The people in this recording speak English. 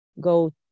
go